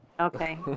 Okay